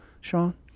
Sean